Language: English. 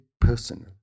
personal